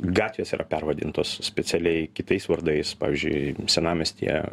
gatvės yra pervadintos specialiai kitais vardais pavyzdžiui senamiestyje